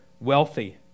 wealthy